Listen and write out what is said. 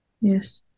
Yes